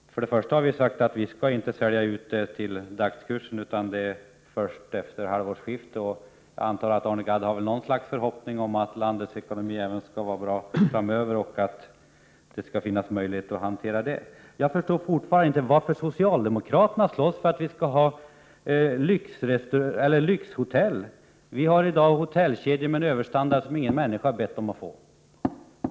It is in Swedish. Vi har sagt att Procordia inte skall säljas ut till dagskursen utan först efter halvårsskiftet. Jag antar att Arne Gadd har någon förhoppning om att landets ekonomi skall vara bra framöver och att det skall finnas möjlighet att hantera detta ärende. Jag förstår fortfarande inte varför socialdemokraterna slåss för att vi skall äga lyxhotell. Vi har i dag hotellkedjor med en överstandard som ingen människa har bett om att få.